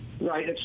Right